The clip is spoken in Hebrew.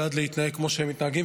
אבל מפה ועד להתנהג כמו שהם מתנהגים?